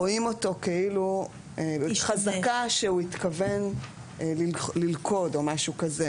רואים אותו כאילו חזקה שהוא התכוון ללכוד או משהו כזה,